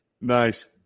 Nice